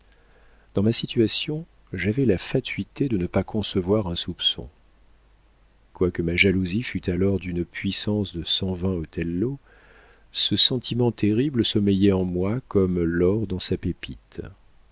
dans ma situation j'avais la fatuité de ne pas concevoir un soupçon quoique ma jalousie fût alors d'une puissance de cent vingt othello ce sentiment terrible sommeillait en moi comme l'or dans sa pépite